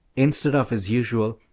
instead of his usual,